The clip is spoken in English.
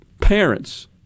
parents